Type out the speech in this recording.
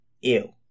Ew